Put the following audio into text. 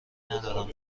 ندارم